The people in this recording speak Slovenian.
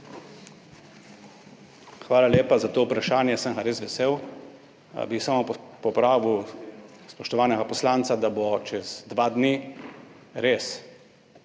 Hvala lepa za to vprašanje, sem ga res vesel. Bi samo popravil spoštovanega poslanca, da bo čez dva dni res